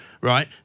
right